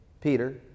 Peter